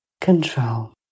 control